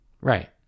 right